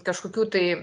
kažkokių tai